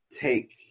take